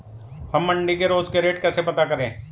हम मंडी के रोज के रेट कैसे पता करें?